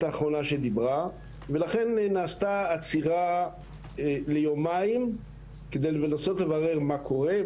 הכנסת ח'טיב ולכן נעשתה עצירה ליומיים כדי לברר מה קורה.